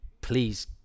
Please